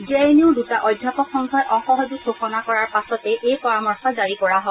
J এন ইউৰ দুটা অধ্যাপক সংঘই অসহযোগ ঘোষণা কৰাৰ পাচতে এই পৰামৰ্শ জাৰী কৰা হয়